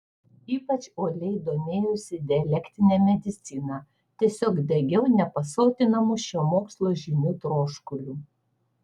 ypač uoliai domėjausi dialektine medicina tiesiog degiau nepasotinamu šio mokslo žinių troškuliu